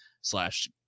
slash